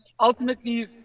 Ultimately